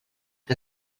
que